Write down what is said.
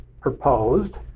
proposed